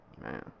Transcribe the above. Man